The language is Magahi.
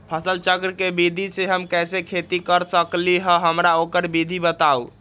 फसल चक्र के विधि से हम कैसे खेती कर सकलि ह हमरा ओकर विधि बताउ?